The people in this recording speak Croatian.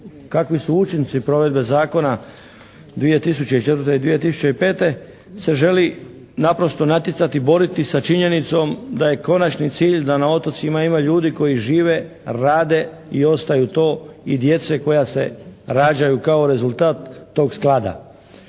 kakvi su učinci provedbe zakona 2004. i 2005. se želi naprosto natjecati, boriti sa činjenicom da je konačni cilj da na otocima ima ljudi koji žive, rade i ostaju to i djece koja se rađaju kao rezultat tog sklada.